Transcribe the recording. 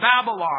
Babylon